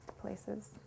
places